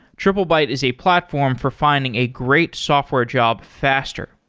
triplebyte is a platform for finding a great software job faster.